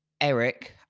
Eric